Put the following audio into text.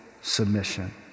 submission